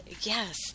yes